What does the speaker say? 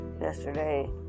yesterday